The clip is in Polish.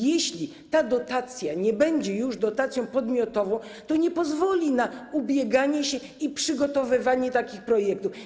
Jeśli ta dotacja nie będzie już dotacją podmiotową, to nie pozwoli na ubieganie się i przygotowywanie takich projektów.